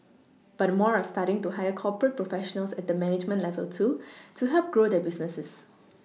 but more are starting to hire corporate professionals at the management level too to help grow their businesses